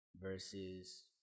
versus